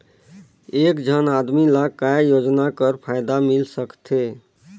एक झन आदमी ला काय योजना कर फायदा मिल सकथे?